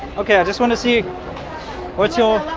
okay, i just want to see what's your